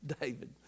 David